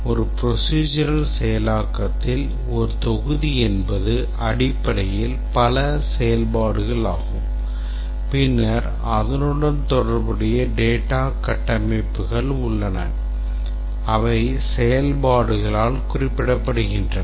ஒரு procedural செயலாக்கத்தில் ஒரு தொகுதி என்பது அடிப்படையில் பல செயல்பாடுகளாகும் பின்னர் அதனுடன் தொடர்புடைய data கட்டமைப்புகள் உள்ளன அவை செயல்பாடுகளால் குறிப்பிடப்படுகின்றன